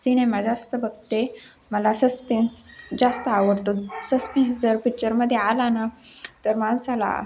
cinema जास्त बघते मला सस्पेन्स जास्त आवडतो सस्पेन्स जर पिच्चरमध्ये आला ना तर माणसाला